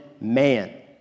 man